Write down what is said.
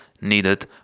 needed